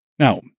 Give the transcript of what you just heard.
Now